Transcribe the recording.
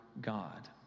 God